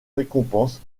récompense